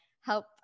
help